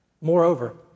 Moreover